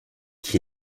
qui